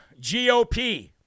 GOP